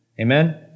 Amen